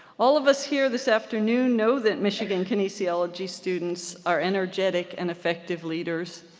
all of us here this afternoon know that michigan kinesiology students are energetic and effective leaders,